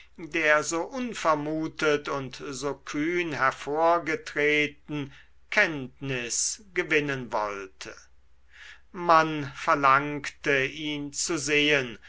der so unvermutet und so kühn hervorgetreten kenntnis gewinnen wollte man verlangte ihn zu sehen